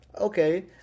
okay